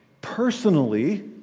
personally